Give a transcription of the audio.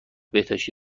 بهداشتی